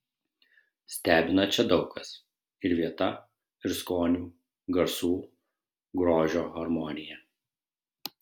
stebina čia daug kas ir vieta ir skonių garsų grožio harmonija